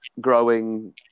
growing